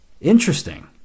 Interesting